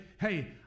hey